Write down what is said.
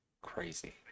Crazy